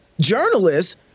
journalists